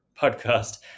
podcast